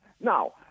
Now